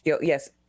yes